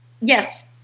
Yes